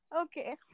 Okay